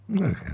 Okay